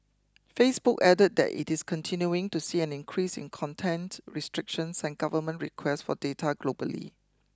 Facebook added that it is continuing to see an increase in content restrictions and government requests for data globally